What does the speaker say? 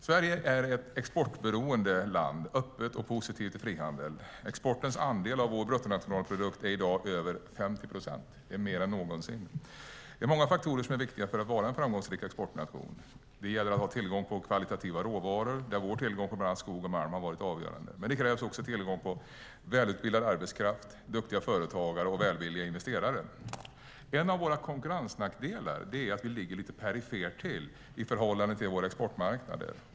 Herr talman! Sverige är ett exportberoende land, öppet och positivt till frihandel. Exportens andel av vår bruttonationalprodukt är i dag över 50 procent; det är mer än någonsin. Det är många faktorer som är viktiga för en framgångsrik exportnation. Det gäller att ha tillgång till kvalitativa råvaror, och vår tillgång till bland annat skog och malm har varit avgörande. Det krävs också tillgång till välutbildad arbetskraft, duktiga företagare och välvilliga investerare. En av våra konkurrensnackdelar är att vi ligger lite perifert till i förhållande till våra exportmarknader.